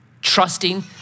Trusting